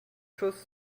choses